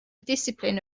discipline